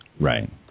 Right